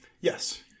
Yes